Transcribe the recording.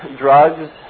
drugs